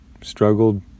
struggled